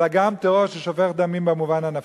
אלא גם טרור ששופך דמים במובן הנפשי.